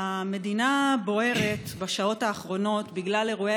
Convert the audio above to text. המדינה בוערת בשעות האחרונות בגלל אירועי